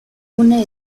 une